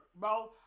bro